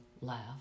laugh